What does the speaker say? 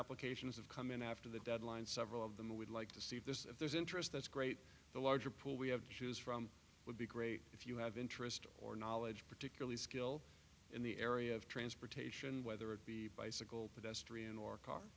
applications have come in after the deadline several of them would like to see if there's if there's interest that's great the larger pool we have to choose from would be great if you have interest or knowledge particularly skill in the area of transportation whether it be bicycle